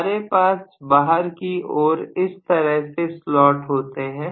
हमारे पास बाहर की ओर इस तरह के स्लॉट होते हैं